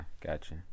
gotcha